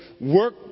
work